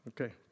okay